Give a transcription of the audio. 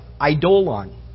idolon